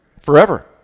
Forever